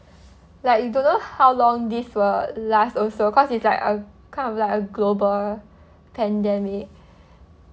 like you don't know how long this will last also cause it's like a kind of like a global pandemic